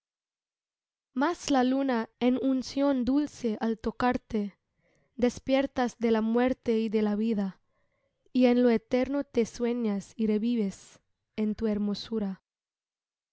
más la luna en unción dulce al tocarte despiertas de la muerte y de la vida y en lo eterno te sueñas y revives en tu hermosura